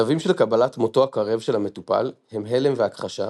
שלבים של קבלת מותו הקרב של המטופל הם הלם והכחשה,